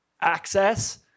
access